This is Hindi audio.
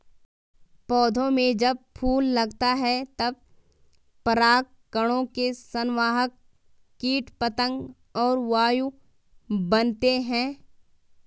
पौधों में जब फूल लगता है तब परागकणों के संवाहक कीट पतंग और वायु बनते हैं